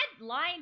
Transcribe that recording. line